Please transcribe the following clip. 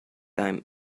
time